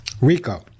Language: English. Rico